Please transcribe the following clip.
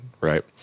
right